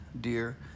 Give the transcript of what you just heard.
dear